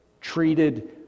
treated